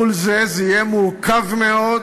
מול זה, זה יהיה מורכב מאוד,